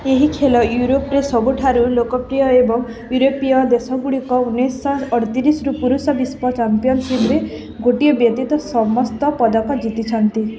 ଏହି ଖେଲ ୟୁରୋପରେ ସବୁଠାରୁ ଲୋକପ୍ରିୟ ଏବଂ ୟୁରୋପୀୟ ଦେଶଗୁଡିକ ଉଣେଇଶି ଶହ ଅଡ଼ତିରିଶିରୁ ପୁରୁଷ ବିଶ୍ୱ ଚାମ୍ପିଅନସିପ୍ରେ ଗୋଟିଏ ବ୍ୟତୀତ ସମସ୍ତ ପଦକ ଜିତିଛନ୍ତି